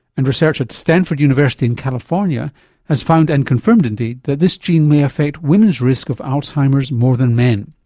and research at stanford university in california has found and confirmed indeed that this gene may affect women's risk of alzheimer's more than men.